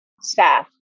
staff